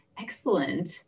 excellent